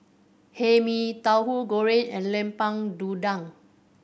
Hae Mee Tauhu Goreng and Lemper Udang